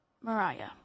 Mariah